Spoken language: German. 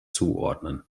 zuordnen